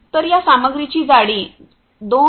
तर या सामग्रीची जाडी 2